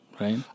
right